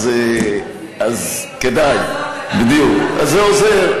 אתה צריך לגלות יצירתיות